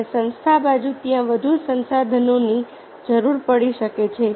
અને સંસ્થા બાજુ ત્યાં વધુ સંસાધનોની જરૂર પડી શકે છે